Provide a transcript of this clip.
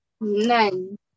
None